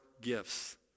gifts